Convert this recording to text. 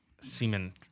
semen